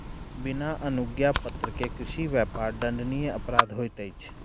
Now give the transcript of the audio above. बिना अनुज्ञापत्र के कृषि व्यापार दंडनीय अपराध होइत अछि